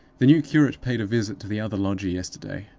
the new curate paid a visit to the other lodger yesterday,